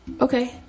okay